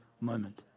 moment